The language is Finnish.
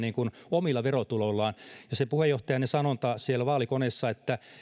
omilla verotuloillaan ja se puheenjohtajanne sanonta siellä vaalikoneessa että